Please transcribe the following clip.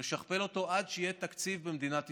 לשכפל אותו עד שיהיה תקציב במדינת ישראל,